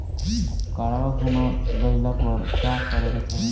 काडवा गुमा गइला पर का करेके चाहीं?